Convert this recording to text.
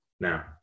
Now